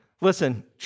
listen